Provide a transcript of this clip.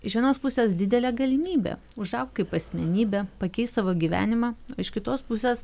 iš vienos pusės didelė galimybė užaugt kaip asmenybė pakeist savo gyvenimą iš kitos pusės